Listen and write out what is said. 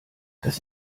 das